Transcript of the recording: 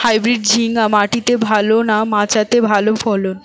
Hybrid ঝিঙ্গা মাটিতে ভালো না মাচাতে ভালো ফলন?